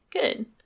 Good